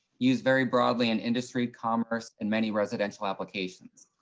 used very broadly in industry commerce and many residential applications.